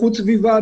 איכות הסביבה,